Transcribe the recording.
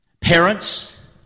Parents